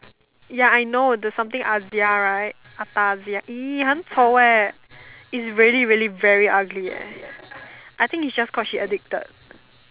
ya I know there's something Azia right Atazia !ee! 很丑 eh it's really really very ugly eh I think it's just cause she addicted